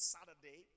Saturday